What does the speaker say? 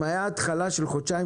אם הייתה התחלה של חודשיים-שלושה,